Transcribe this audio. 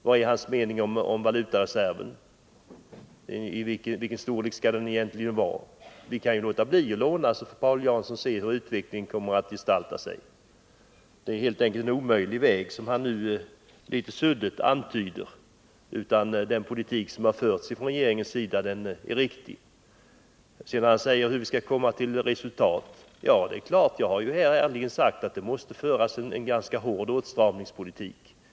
Vad har Paul Jansson för mening om valutareserven? Hur stor skall den egentligen vara? Vi kunde ju låta bli att låna, så fick Paul Jansson se hur utvecklingen skulle gestalta sig. Det är helt enkelt en omöjlig väg som Paul Jansson nu litet suddigt antyder. Den politik som har förts från regeringens sida är riktig. Sedan frågade Paul Jansson hur man skall sanera ekonomin. Ja, jag har här ärligen sagt att det måste föras en ganska hård åtstramningspolitik.